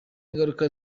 ngaruka